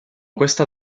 questa